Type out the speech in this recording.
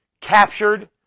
captured